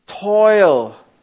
toil